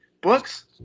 Books